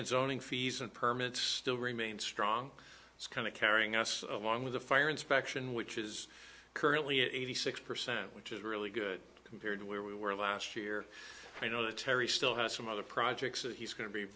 zoning fees and permits still remain strong it's kind of carrying us along with the fire inspection which is currently eighty six percent which is really good compared to where we were last year i know that terry still has some other projects that he's going to be